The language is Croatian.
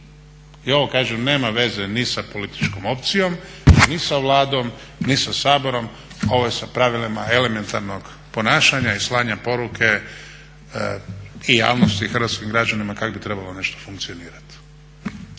I ovo kažem nema veze ni sa političkom opcijom, ni sa Vladom ni sa Saborom, ovo je sa pravilima elementarnog ponašanja i slanja poruke i javnosti i hrvatskim građanima kak bi trebalo nešto funkcionirati.